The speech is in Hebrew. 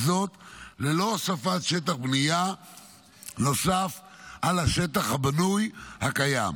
וזאת ללא הוספת שטח בנייה נוסף על השטח הבנוי הקיים.